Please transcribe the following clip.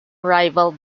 rival